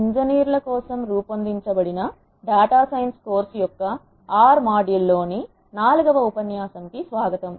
ఇంజనీర్ల కోసం రూపొందించబడిన డేటా సైన్స్ కోర్స్ యొక్క ఆర్ R మాడ్యూల్ లోని నాలుగవ ఉపన్యాసం కు స్వాగతం